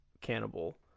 cannibal